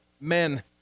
men